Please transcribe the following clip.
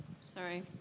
Sorry